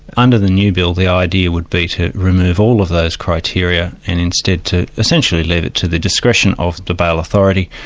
under the new bill, the idea would be to remove all of those criteria and instead to essentially leave it to the discretion of the bail authority,